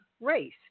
race